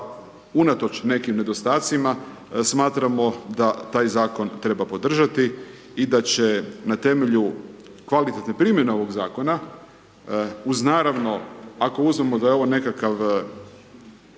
unatoč nekim nedostacima, smatramo da taj Zakon treba podržati i da će na temelju kvalitetne primjene ovog Zakona, uz naravno, ako uzmemo da je ovo nekakav